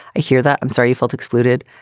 i hear that. i'm sorry you felt excluded.